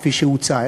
כפי שהוצע,